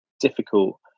difficult